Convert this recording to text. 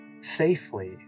safely